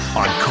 on